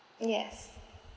yes